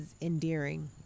endearing